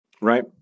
right